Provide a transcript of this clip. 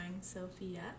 Sophia